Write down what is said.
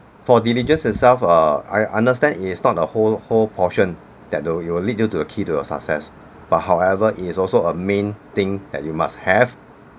for diligence itself err I understand it's not a whole whole portion that will you will lead you to the key to success but however it is also a main thing that you must have